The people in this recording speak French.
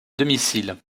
domicile